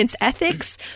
ethics